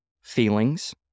feelings